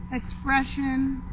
expression,